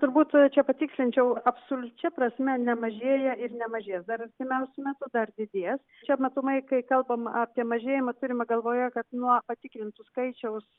turbūt čia patikslinčiau absoliučia prasme nemažėja ir nemažės dar artimiausiu metu dar didės čia matomai kai kalbam apie mažėjimą turima galvoje kad nuo patikrintų skaičiaus